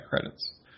credits